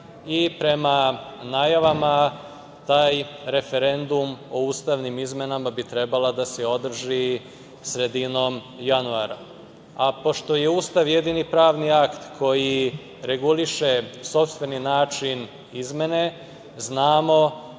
i prema najavama taj referendum o ustavnim izmenama bi trebalo da se održi sredinom januara. Pošto je Ustav jedini pravni akt koji reguliše sopstveni način izmene, znamo